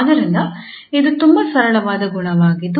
ಆದ್ದರಿಂದ ಇದು ತುಂಬಾ ಸರಳವಾದ ಗುಣವಾಗಿದ್ದು